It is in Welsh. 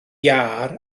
iâr